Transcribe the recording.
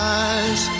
eyes